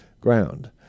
Ground